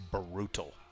brutal